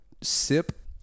sip